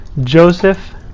Joseph